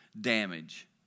damage